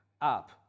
up